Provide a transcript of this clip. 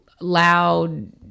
loud